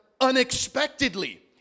unexpectedly